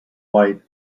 white